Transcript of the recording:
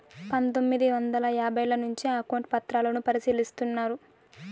పందొమ్మిది వందల యాభైల నుంచే అకౌంట్ పత్రాలను పరిశీలిస్తున్నారు